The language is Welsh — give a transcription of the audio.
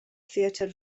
theatr